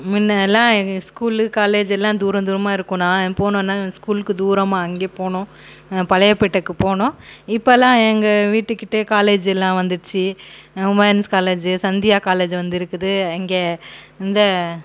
முன்னே எல்லாம் எங்கள் ஸ்கூலு காலேஜ் எல்லாம் தூரம் தூரமாக இருக்கும் நான் போகணுன்னா ஸ்கூலுக்கு தூரமாக அங்கே போகணும் பழைய பேட்டைக்கு போகணும் இப்போ எல்லாம் எங்கள் வீட்டுக்கிட்டேயே காலேஜி எல்லாம் வந்துடுச்சு வுமென்ஸ் காலேஜி சந்தியா காலேஜி வந்து இருக்குது இங்கே இந்த